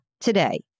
today